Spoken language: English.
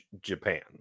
Japan